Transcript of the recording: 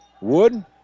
Wood